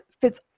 fits